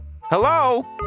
hello